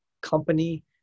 company